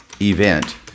event